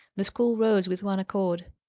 the school rose with one accord.